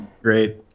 Great